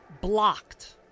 blocked